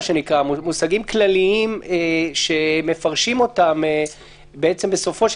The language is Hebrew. מושגים כלליים שמפרשים אותם בסופו של